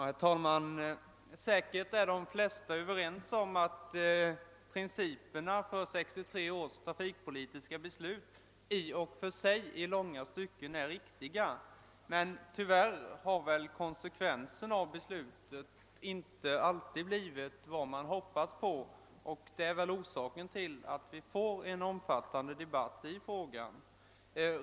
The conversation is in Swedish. Herr talman! Säkerligen är de flesta av oss överens om att principerna för 1963 års trafikpolitiska beslut i och för sig i långa stycken är riktiga, men tyvärr har väl tillämpningen och därmed konsekvensen av beslutet inte alltid blivit vad man hoppats på. Detta är väl orsaken till att vi får en omfattande debatt i frågan.